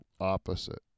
opposite